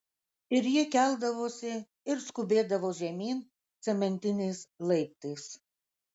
ir ji keldavosi ir skubėdavo žemyn cementiniais laiptais